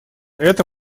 это